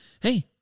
hey